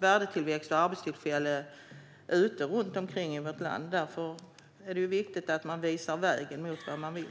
värdetillväxt och arbetstillfällen runt omkring i vårt land. Därför är det viktigt att man visar vägen mot vad man vill.